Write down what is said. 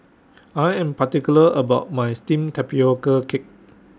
I Am particular about My Steamed Tapioca Cake